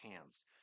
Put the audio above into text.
hands